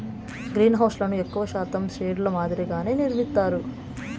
గ్రీన్హౌస్లను ఎక్కువ శాతం షెడ్ ల మాదిరిగానే నిర్మిత్తారు